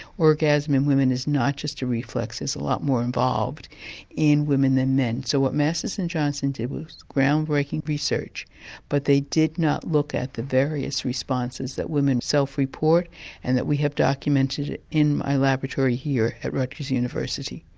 orgasm in women is not just a reflex. it's a lot more involved in women than men. so what masters and johnson did was ground breaking research but they did not look at the various responses that women self-report and that we have documented in the ah laboratory here at rutgers university.